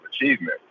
achievement